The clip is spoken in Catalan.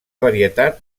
varietat